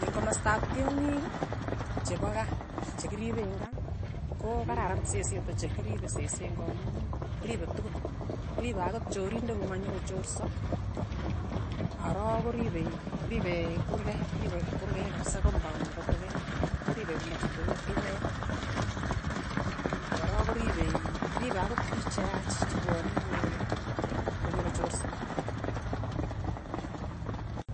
Eng' komastap tyongik chepo kaa, chekiripe eng' kaa ko kararan sesset ochei, kiripe seseet ng'amuu ripe tukun, ripe akot chorinde komanyo kochorsa, korook koripei ripe kurkee, ripe kurekee kapsa, kompaund nepo kurket, koripe komachutu kei, kiy neya, akorok koripe ripe akot pich cheyach chepwoni ko konyokochorse.